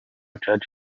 church